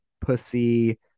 pussy